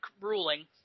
ruling